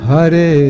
Hare